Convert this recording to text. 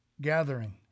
gathering